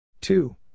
Two